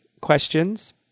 questions